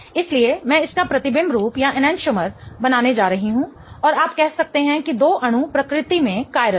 इसलिए मैं इसका प्रतिबिंब रूप एनेंटिओमर बनाने जा रही हूं और आप कह सकते हैं कि दो अणु प्रकृति में कायरल हैं